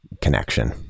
connection